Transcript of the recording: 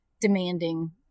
demanding